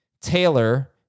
Taylor